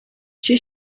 she